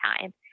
time